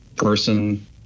Person